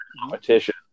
competition